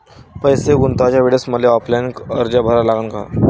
पैसे गुंतवाच्या वेळेसं मले ऑफलाईन अर्ज भरा लागन का?